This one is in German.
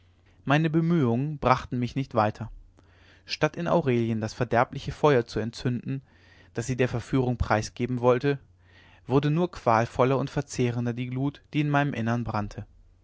meine bemühungen brachten mich nicht weiter statt in aurelien das verderbliche feuer zu entzünden das sie der verführung preisgeben sollte wurde nur qualvoller und verzehrender die glut die in meinem innern brannte